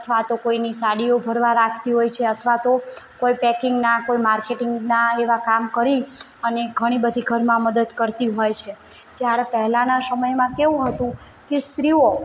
અથવા તો કોઈની સાડી ભરવા રાખતી હોય છે અથવા તો કોઈ પેકિંગના કોઈ માર્કેટિંગના એવા કામ કરી અને ઘણી બધી ઘરમાં મદદ કરતી હોય છે જ્યારે પહેલાના સમયમાં કેવું હતું કે સ્ત્રીઓ